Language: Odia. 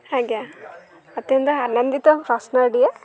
ଆଜ୍ଞା ଅତ୍ୟନ୍ତ ଆନନ୍ଦିତ ପ୍ରଶ୍ନଟିଏ